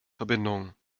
verbindung